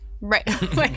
Right